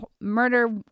murder